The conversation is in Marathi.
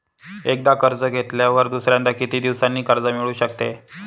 एकदा कर्ज घेतल्यावर दुसऱ्यांदा किती दिवसांनी कर्ज मिळू शकते?